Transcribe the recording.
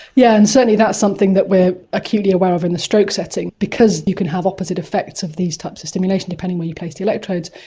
yeah and certainly that's something that we're acutely aware of in the stroke setting, because you can have opposite effects of these types of stimulation depending where you place the electrodes,